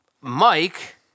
Mike